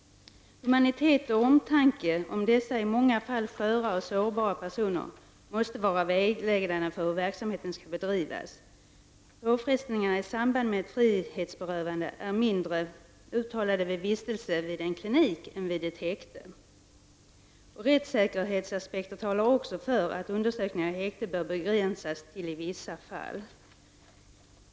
Humanitet och omtanke om dessa i många fall sköra och sårbara personer måste vara vägledande för hur verksamheten skall bedrivas. Påfrestningarna i samband med frihetsberövande är mindre uttalade vid vistelse på en klinik än vid vistelse i ett häkte. Rättssäkerhetsaspekter talar också för att undersökningar i häkte bör begränsas till vissa fall.